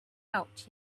out